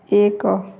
ଏକ